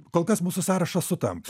kol kas mūsų sąrašas sutampa